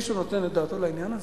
מישהו נותן את דעתו לעניין הזה?